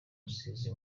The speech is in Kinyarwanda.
rusizi